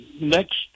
next